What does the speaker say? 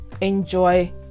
enjoy